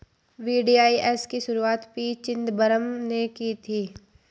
VDIS की शुरुआत P Chidambaram ने की थी